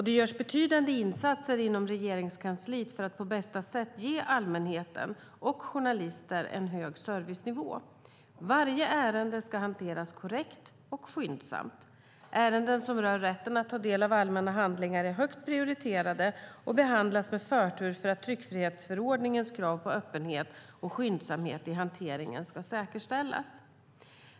Det görs betydande insatser inom Regeringskansliet för att på bästa sätt ge allmänheten och journalister en hög servicenivå. Varje ärende ska hanteras korrekt och skyndsamt. Ärenden som rör rätten att ta del av allmänna handlingar är högt prioriterade och behandlas med förtur för att tryckfrihetsförordningens krav på öppenhet och skyndsamhet i hanteringen ska säkerställas.